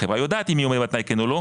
החברה יודעת אם היא עומדת בתנאי כן או לא,